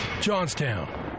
Johnstown